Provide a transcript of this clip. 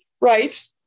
Right